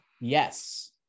yes